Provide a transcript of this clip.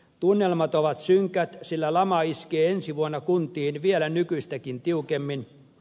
tunnelmat ovat synkät sillä lama iskee ensi vuonna kuntiin vielä nykyistäkin tiukemmin